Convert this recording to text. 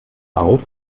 auf